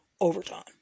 Overtime